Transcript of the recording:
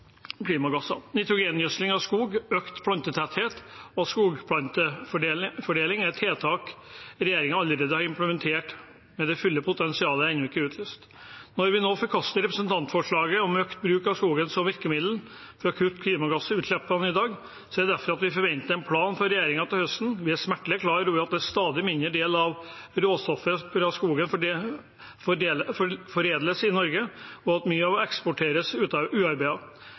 klimagasser. Nitrogengjødsling av skog, økt plantetetthet og skogplanteforedling er tiltak regjeringen allerede har implementert, men det fulle potensialet er ennå ikke utløst. Når vi nå forkaster representantforslaget om økt bruk av skogen som virkemiddel for å kutte klimagassutslippene i dag, er det fordi vi forventer en plan fra regjeringen til høsten. Vi er smertelig klar over at en stadig mindre del av råstoffet fra skogen foredles i Norge, og at mye eksporteres ut